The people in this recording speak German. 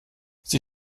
sie